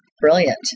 Brilliant